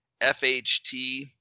FHT